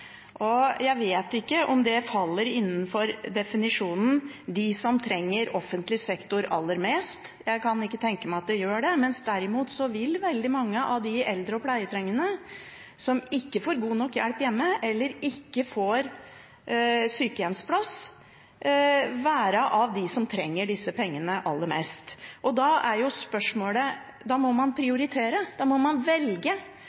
landet. Jeg vet ikke om de faller inn under definisjonen «de som trenger offentlig sektor aller mest». Jeg kan ikke tenke meg at de gjør det. Derimot vil mange av de eldre og pleietrengende som ikke får god nok hjelp hjemme eller ikke får sykehjemsplass, være av dem som trenger disse pengene aller mest. Da må man prioritere. Da må man velge: